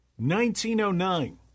1909